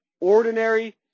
ordinary